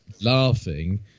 laughing